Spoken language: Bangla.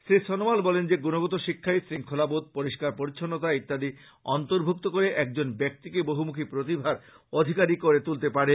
শ্রী সনোয়াল বলেন যে গুণগত শিক্ষাই শৃঙ্খলাবোধ পরিষ্কার পরিচ্ছন্নতা ইত্যাদি অর্ন্তভুক্ত করে একজন ব্যাক্তিকে বহুমূখী প্রতিভার অধিকারী করে তুলতে পারে